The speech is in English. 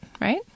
right